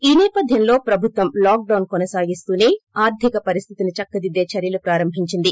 ఈ నేపధ్యంలో ప్రభుత్వం లాక్ డౌన్ కోససాగిస్తూసే ఆర్గేక పరిస్తితిని చక్కదిద్దే చర్యలు ప్రారంభించింది